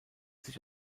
sich